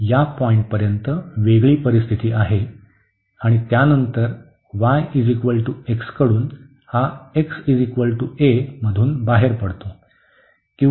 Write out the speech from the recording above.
तर या पॉईंटपर्यंत वेगळी परिस्थिती आहे आणि त्या नंतर y x कडून हा x a मधून बाहेर पडतो